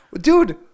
Dude